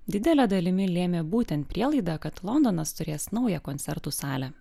didele dalimi lėmė būtent prielaida kad londonas turės naują koncertų salę